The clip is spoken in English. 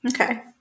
Okay